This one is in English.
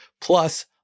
Plus